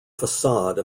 facade